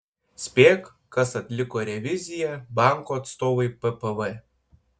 spėk kas atliko reviziją banko atstovui ppv